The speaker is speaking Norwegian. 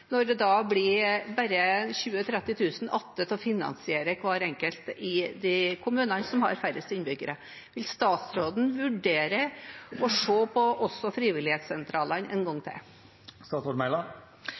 når det bare blir 20 000–30 000 kr igjen til å finansiere hver enkelt i de kommunene som har færrest innbyggere. Vil statsråden vurdere å se på også frivilligsentralene en gang